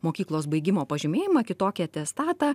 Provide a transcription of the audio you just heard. mokyklos baigimo pažymėjimą kitokį atestatą